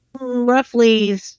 roughly